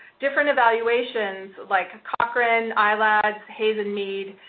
different evaluations like cochran, i-labs, hayes and mead,